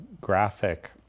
graphic